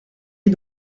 est